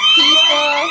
people